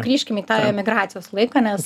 grįžkim į tą emigracijos laiką nes